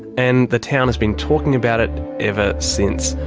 and the town has been talking about it ever since.